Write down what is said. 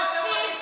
נשים,